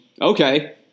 okay